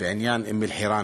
בעניין אום-אלחיראן